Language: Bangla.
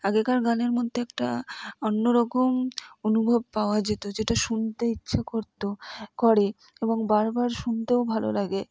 আগেকার গানের মধ্যে একটা অন্যরকম অনুভব পাওয়া যেত যেটা শুনতে ইচ্ছা করতো করে এবং বারবার শুনতেও ভালো লাগে